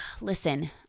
Listen